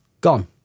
gone